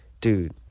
dude